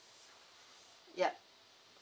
yup